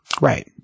Right